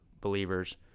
believers